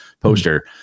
poster